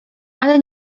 ale